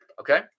okay